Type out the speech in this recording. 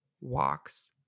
walks